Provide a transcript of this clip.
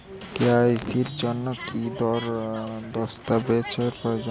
KYC এর জন্যে কি কি দস্তাবেজ প্রয়োজন?